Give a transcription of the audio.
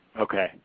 Okay